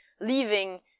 leaving